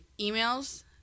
emails